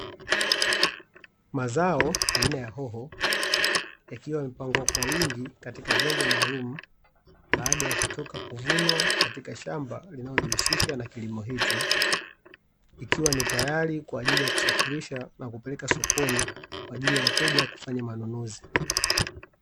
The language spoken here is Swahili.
Mazao aina ya hoho yakiwa yamepangwa kwa wingi katika vyombo maalumu, baada ya kutoka kuvunwa katika shamba linalojihusisha na kilimo hicho. Ikiwa ni tayari kwa ajili ya kusafirisha na kupeleka sokoni kwa ajili ya wateja kufanya manunuzi.